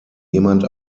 jemand